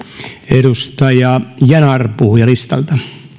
edustaja yanar puhujalistalta